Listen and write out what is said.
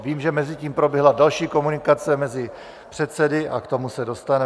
Vím, že mezitím proběhla další komunikace mezi předsedy, a k tomu se dostaneme.